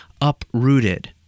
uprooted